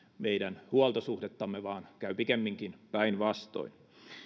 meidän huoltosuhdettamme vaan käy pikemminkin päinvastoin